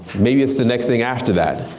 maybe it's the next thing after that.